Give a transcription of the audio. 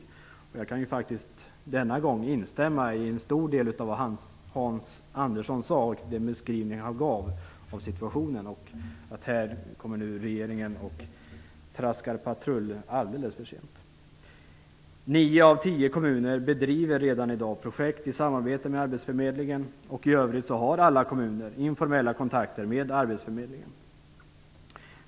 Denna gång kan jag faktiskt instämma i en stor del av det som Hans Andersson sade och den beskrivning han gav av situationen. Här kommer nu regeringen och traskar patrull alldeles för sent. Nio av tio kommuner bedriver redan i dag projekt i samarbete med arbetsförmedlingen. I övrigt har alla kommuner informella kontakter med arbetsförmedlingen.